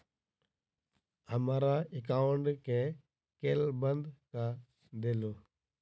हमरा एकाउंट केँ केल बंद कऽ देलु?